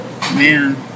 Man